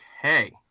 Okay